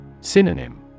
Synonym